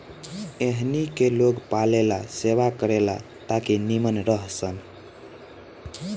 एहनी के लोग पालेला सेवा करे ला ताकि नीमन रह सन